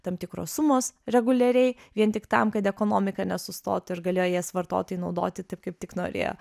tam tikros sumos reguliariai vien tik tam kad ekonomika nesustotų ir galėjo jas vartotojai naudoti taip kaip tik norėjo